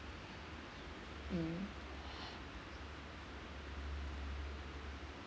mm